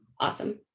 awesome